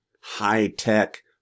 high-tech